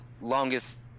longest